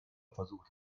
versucht